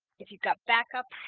if you got back ups,